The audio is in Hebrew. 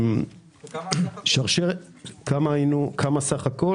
סך כל